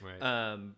right